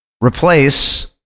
replace